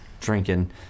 drinking